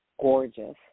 gorgeous